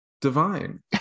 divine